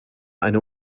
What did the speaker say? eine